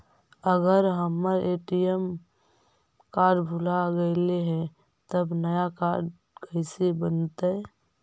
अगर हमर ATM card भुला गैलै हे तब नया काड कइसे बनतै?